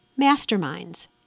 Masterminds